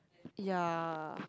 ya